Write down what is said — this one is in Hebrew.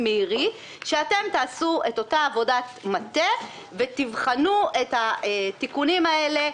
מירי סביון שאתם תעשו את אותה עבודת מטה ותבחנו את התיקונים האלה,